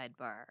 Sidebar